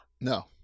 No